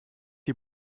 die